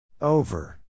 over